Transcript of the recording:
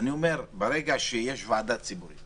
ברגע שיש ועדה ציבורית